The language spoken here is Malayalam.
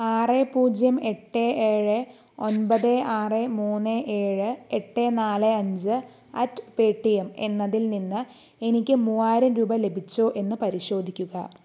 ആറ് പൂജ്യം എട്ട് ഏഴ് ഒൻമ്പത് ആറ് മൂന്ന് ഏഴ് എട്ട് നാല് അഞ്ച് അറ്റ് പേ ടിഎം എന്നതിൽ നിന്ന് എനിക്ക് മൂവായിരം രൂപ ലഭിച്ചോ എന്ന് പരിശോധിക്കുക